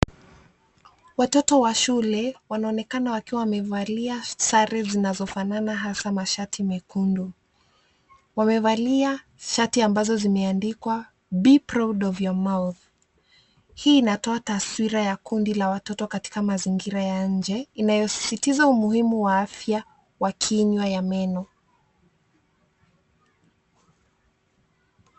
Watoto wa shule wanaonekana wakiwa wamevalia sare zinazofanana hasa mashati mekundu . Wamevalia shati ambazo zimeandikwa Be proud of your mouth . Hii inatoa taswira ya kundi la watoto katika mazingira ya nje. Inayosisitiza umuhimu wa afya wa kinywa ya meno.